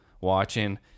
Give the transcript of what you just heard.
watching